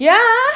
ya